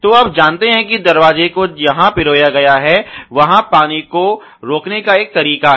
तो आप जानते हैं कि दरवाजे को जहां पिरोया गया है वहाँ पानी को रोकने का एक तरीका है